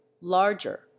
larger